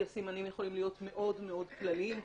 הסימנים יכולים להיות מאוד מאוד כלליים.